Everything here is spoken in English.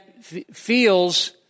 feels